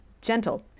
gentle